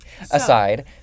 Aside